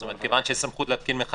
זאת אומרת, כיוון שיש סמכות להתקין מחדש,